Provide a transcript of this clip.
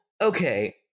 okay